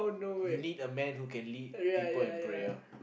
you need a man who can lead people in prayer